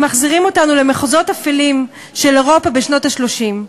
הם מחזירים אותנו למחוזות אפלים של אירופה בשנות ה-30.